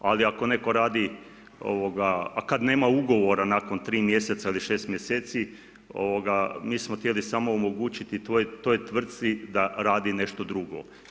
Ali ako netko radi, a kad nema ugovora nakon 3 mjeseca ili 6 mjeseci, mi smo htjeli samo omogućiti toj tvrtci da radi nešto drugo.